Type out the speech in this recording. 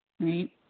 right